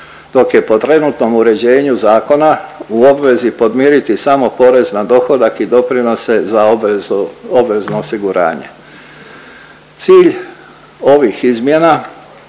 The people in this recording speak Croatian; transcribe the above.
dok je po trenutnom uređenju zakona u obvezi podmiriti samo porez na dohodak i doprinose za obvezu, obvezno osiguranje. Cilj ovih izmjena